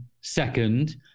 second